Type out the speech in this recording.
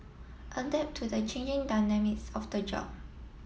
adapt to the changing dynamics of the job